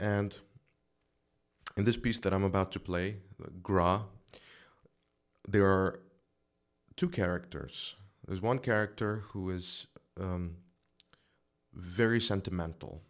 and in this piece that i'm about to play gras there are two characters there's one character who is very sentimental